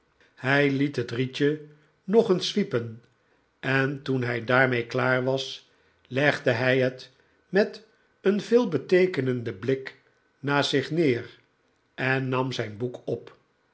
hij liet het rietje nog eens zwiepen en toen hij daarmee klaar was legde hij het met een veelbeteekenenden blik naast zich neer en nam zijn boek op